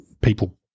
people